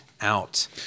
out